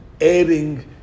adding